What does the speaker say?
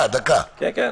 --- רגע,